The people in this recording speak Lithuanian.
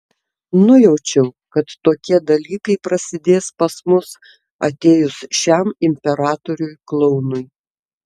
nujaučiau kad tokie dalykai prasidės pas mus atėjus šiam imperatoriui klounui